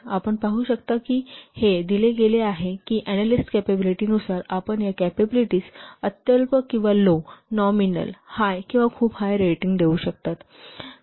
आपण पाहू शकता की हे दिले गेले आहे की अनॅलिस्ट कॅपॅबिलिटी नुसार आपण या कॅपॅबिलिटीस अत्यल्प किंवा लो नॉमिनल हाय किंवा खूप हाय रेटिंग देऊ शकता